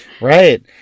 Right